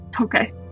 Okay